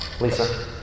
Lisa